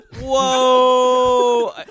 Whoa